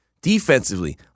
defensively –